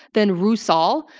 then rusal,